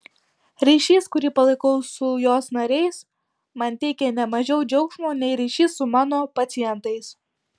ryšys kurį palaikau su jos nariais man teikia ne mažiau džiaugsmo nei ryšys su mano pacientais